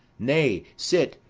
nay, sit,